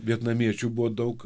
vietnamiečių buvo daug